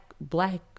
black